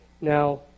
Now